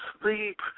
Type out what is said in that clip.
sleep